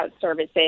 services